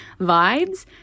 vibes